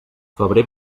febrer